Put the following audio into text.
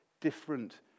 different